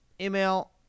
email